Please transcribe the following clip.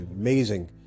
amazing